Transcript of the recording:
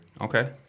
okay